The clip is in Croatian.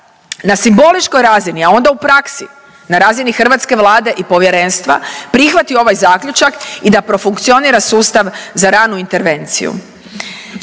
na simboličkoj razini, a onda u praksi na razini hrvatske Vlade i povjerenstva prihvati ovaj zaključak i da profunkcionira sustav za ranu intervenciju.